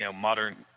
um modern